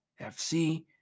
FC